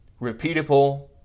Repeatable